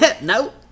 No